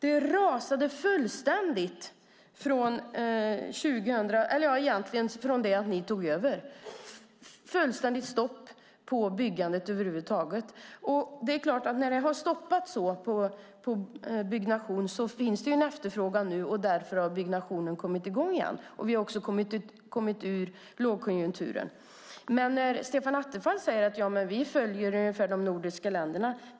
Det rasade fullständigt egentligen från det att ni tog över. Det blev fullständigt stopp på byggandet över huvud taget. När byggnationen har stoppats så är det klart att det nu finns en efterfrågan. Därför har byggnationen kommit i gång igen. Vi har också kommit ur lågkonjunkturen. Stefan Attefall säger att vi ungefär följer de nordiska länderna.